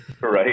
Right